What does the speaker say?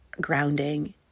grounding